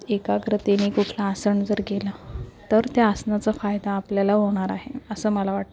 एकाग्रतेने कुठलं आसन जर गेलं तर त्या आसनाचा फायदा आपल्याला होणार आहे असं मला वाटतं